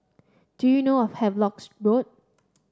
do you know a Havelock's Road